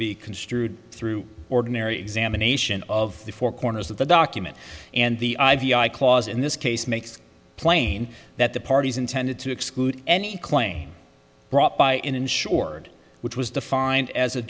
be construed through ordinary examination of the four corners of the document and the i v i clause in this case makes plain that the parties intended to exclude any claim brought by an insured which was defined as a